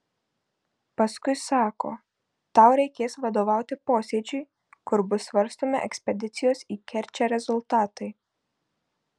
paskui sako tau reikės vadovauti posėdžiui kur bus svarstomi ekspedicijos į kerčę rezultatai